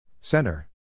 Center